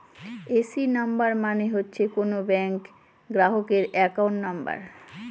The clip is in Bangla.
এ.সি নাম্বার মানে হচ্ছে কোনো ব্যাঙ্ক গ্রাহকের একাউন্ট নাম্বার